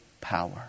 power